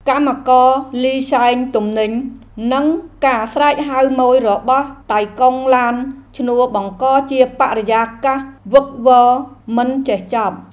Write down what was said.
កម្មករលីស៊ែងទំនិញ និងការស្រែកហៅម៉ូយរបស់តៃកុងឡានឈ្នួលបង្កជាបរិយាកាសវឹកវរមិនចេះចប់។